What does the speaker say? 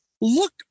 Look